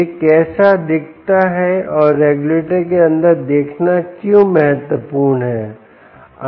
यह कैसा दिखता है और रेगुलेटर के अंदर देखना क्यों महत्वपूर्ण है